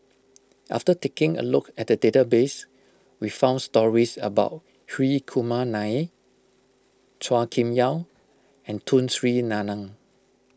after taking a look at the database we found stories about Hri Kumar Nair Chua Kim Yeow and Tun Sri Lanang